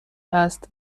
است